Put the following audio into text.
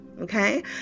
Okay